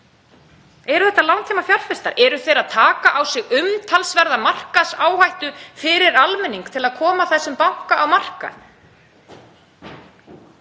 Eru þetta langtímafjárfestar? Eru þeir að taka á sig umtalsverða markaðsáhættu fyrir almenning til að koma þessum banka á markað?